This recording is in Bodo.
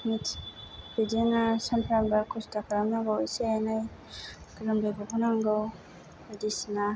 बिदिनो सामफ्रामबो खस्त' खालामनांगौ एसे एनै गोलोमदै गहोनांगौ बायदिसिना